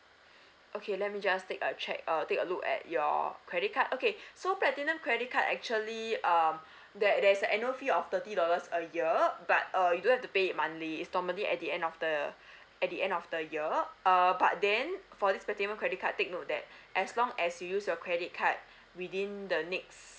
okay let me just take a check uh take a look at your credit card okay so platinum credit card actually um there there's a annual fee of thirty dollars a year but uh you don't have to pay it monthly it's normally at the end of the at the end of the year err but then for this platinum credit card take note that as long as you use your credit card within the next